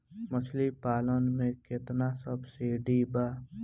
मछली पालन मे केतना सबसिडी बा?